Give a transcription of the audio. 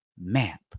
map